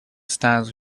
stands